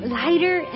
lighter